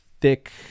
thick